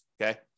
okay